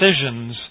decisions